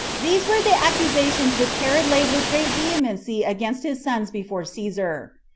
these were the accusations which herod laid with great vehemency against his sons before caesar.